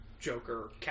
Joker